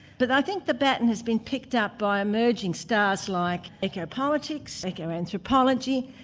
but i think the baton has been picked up by emerging stars like eco-politics, eco-anthropology,